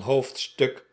hoofdstuk